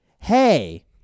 Hey